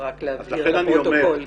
רק להבהיר לפרוטוקול.